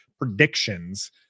predictions